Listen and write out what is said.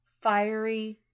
fiery